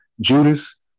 Judas